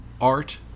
art